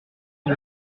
est